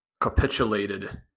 capitulated